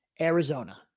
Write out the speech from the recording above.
arizona